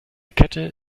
kette